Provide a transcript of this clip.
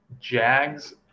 Jags